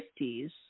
1950s